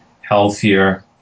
healthier